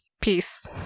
peace